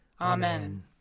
Amen